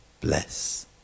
bless